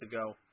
ago